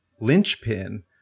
linchpin